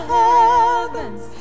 heavens